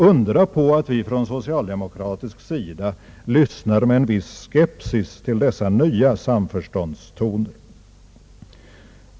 Undra på att vi från socialdemokratisk sida lyssnar med en viss skepsis till dessa nya samförståndstoner!